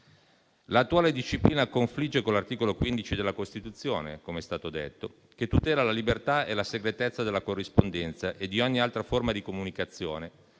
L'attuale disciplina confligge con l'articolo 15 della Costituzione, com'è stato detto, che tutela la libertà e la segretezza della corrispondenza e di ogni altra forma di comunicazione